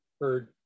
heard